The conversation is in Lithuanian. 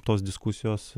tos diskusijos